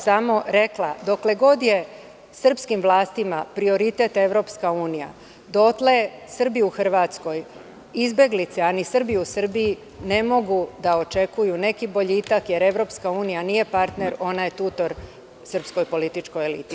Samo bih rekla – dokle god je srpskim vlastima prioritet EU, dotle Srbi u Hrvatskoj, izbeglice, a ni Srbi u Srbiji ne mogu da očekuju neki boljitak, jer EU nije partner, ona je tutor srpskoj političkoj eliti.